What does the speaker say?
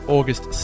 August